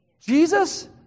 Jesus